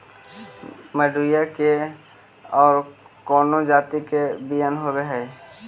मडूया के और कौनो जाति के बियाह होव हैं?